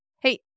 Hey